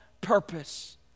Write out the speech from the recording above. purpose